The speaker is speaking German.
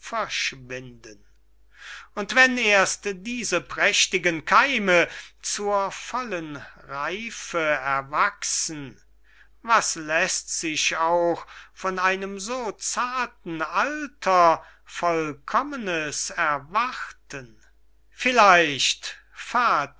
verschwinden und wenn erst diese prächtigen keime zur vollen reife erwachsen was läßt sich auch von einem so zarten alter vollkommenes erwarten vielleicht